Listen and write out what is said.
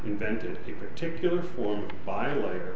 invented the particular form violator